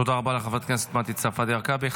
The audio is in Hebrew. תודה רבה לחברת הכנסת מטי צרפתי הרכבי.